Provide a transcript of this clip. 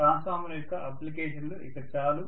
transformer యొక్క అప్లికేషన్లు ఇక చాలు